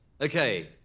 Okay